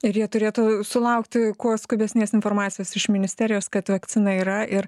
ir jie turėtų sulaukti kuo skubesnės informacijos iš ministerijos kad vakcina yra ir